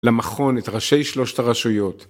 למכון את ראשי שלושת הרשויות.